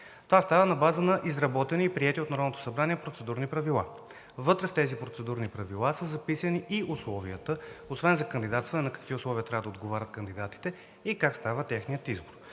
Това става на база изработени и приети от Народното събрание процедурни правила. Вътре в тези процедурни правила са записани и условията освен за кандидатстване на какви условия трябва да отговарят кандидатите и как става техният избор.